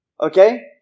Okay